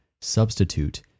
substitute